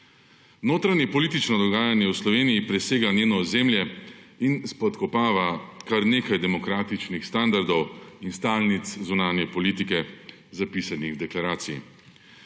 Notranjepolitično dogajanje v Sloveniji presega njeno ozemlje in spodkopava kar nekaj demokratičnih standardov in stalnic zunanje politike, zapisanih v deklaraciji.